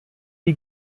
die